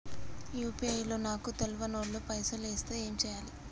UPI లో నాకు తెల్వనోళ్లు పైసల్ ఎస్తే ఏం చేయాలి?